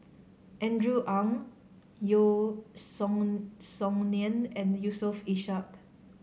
Andrew Ang Yeo Song Song Nian and Yusof Ishak